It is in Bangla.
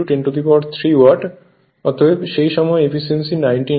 অতএব সেই সময়ে এফিসিয়েন্সি ছিল 99